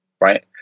right